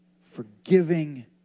forgiving